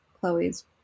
Chloe's